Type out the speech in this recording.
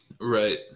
Right